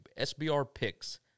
SBRpicks